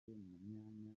myanya